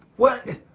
what!